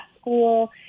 school